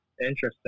Interesting